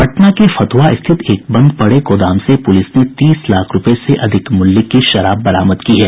पटना के फतुहा स्थित एक बंद पड़े गोदाम से पुलिस ने तीस लाख रूपये से अधिक मूल्य की शराब बरामद की है